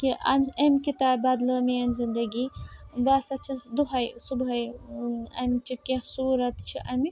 کہِ اَمہِ أمۍ کِتابہِ بَدلٲو میٛٲنۍ زِندگی بہٕ ہسا چھیٚس دۄہے صُبحٲے ٲں اَمہِ چہِ کیٚنٛہہ سوٗرت چھِ اَمِکۍ